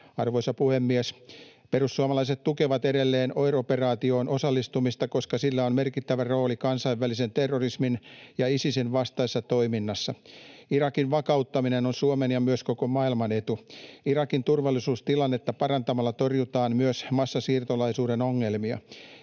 Arvoisa puhemies! Perussuomalaiset tukevat edelleen OIR-operaatioon osallistumista, koska sillä on merkittävä rooli kansainvälisen terrorismin ja Isisin vastaisessa toiminnassa. Irakin vakauttaminen on Suomen ja myös koko maailman etu. Irakin turvallisuustilannetta parantamalla torjutaan myös massasiirtolaisuuden ongelmia.